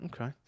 okay